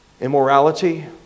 Immorality